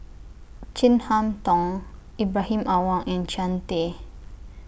Chin Harn Tong Ibrahim Awang and Jean Tay